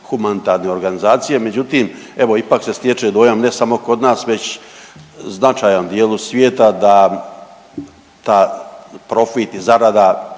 humanitarne organizacije, međutim evo ipak se stječe dojam ne samo kod nas već značajan dijelu svijeta da ta profit i zarada